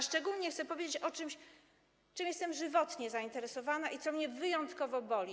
Szczególnie chcę powiedzieć o czymś, czym jestem żywotnie zainteresowana, co mnie wyjątkowo boli.